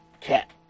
Cat